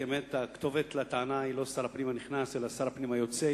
כי באמת הכתובת לטענה היא לא שר הפנים הנכנס אלא שר הפנים היוצא,